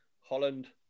Holland